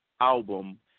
album